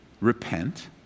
repent